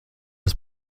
das